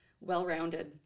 well-rounded